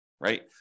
right